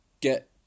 get